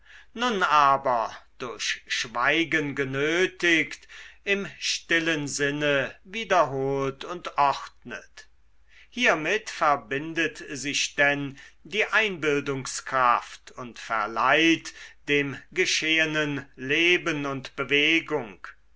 nun aber durch schweigen genötigt im stillen sinne wiederholt und ordnet hiermit verbindet sich denn die einbildungskraft und verleiht dem geschehenen leben und bewegung